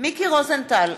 מיקי רוזנטל,